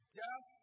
death